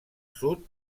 sud